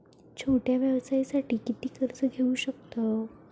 छोट्या व्यवसायासाठी किती कर्ज घेऊ शकतव?